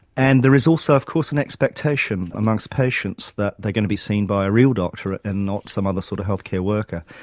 and there is also of course an expectation amongst patients that they are going to be seen by a real doctor and not some other sort of health-care worker.